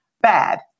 bad